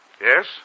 Yes